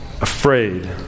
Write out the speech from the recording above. afraid